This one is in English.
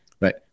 right